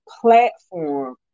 platform